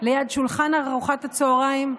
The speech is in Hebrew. ליד שולחן ארוחת הצוהריים,